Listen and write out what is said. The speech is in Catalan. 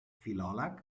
filòleg